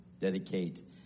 dedicate